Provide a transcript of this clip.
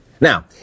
Now